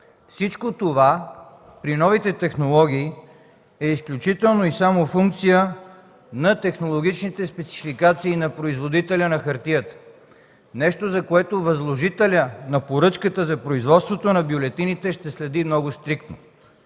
Всичко това при новите технологии е изключително и само функция на технологичните спецификации на производителя на хартията. Нещо, за което възложителят на поръчката за производството на бюлетините ще следи много стриктно,